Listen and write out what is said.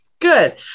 Good